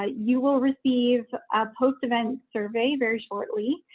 ah you will receive a post event survey very shortly.